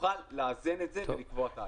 תוכל לאזן את זה ולקבוע את העלות.